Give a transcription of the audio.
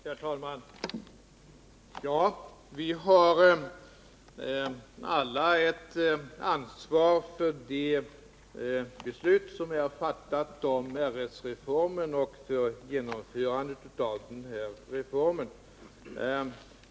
Herr talman! Vi har alla ett ansvar för det beslut som fattades om RS-reformen och för genomförandet av reformen.